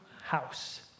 house